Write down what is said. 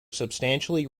substantially